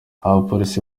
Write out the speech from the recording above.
abapolisi